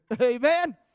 Amen